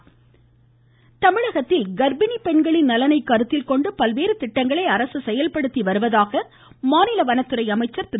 திண்டுக்கல் சீனிவாசன் தமிழகத்தில் கர்ப்பிணி பெண்களின் நலனைக் கருத்தில் கொண்டு பல்வேறு திட்டங்களை அரசு செயல்படுத்தி வருவதாக மாநில வனத்துறை அமைச்சர் திரு